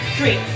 Three